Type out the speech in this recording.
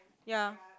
yea